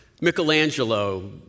Michelangelo